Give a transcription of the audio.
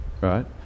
right